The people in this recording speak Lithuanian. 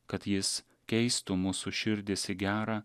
kad jis keistų mūsų širdis į gera